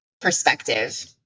perspective